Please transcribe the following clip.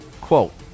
Quote